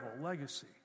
legacy